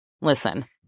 Listen